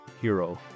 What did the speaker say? hero